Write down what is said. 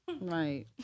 Right